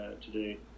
today